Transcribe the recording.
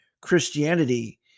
Christianity